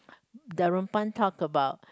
Darunpan talk about